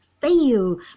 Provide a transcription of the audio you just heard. fail